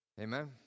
Amen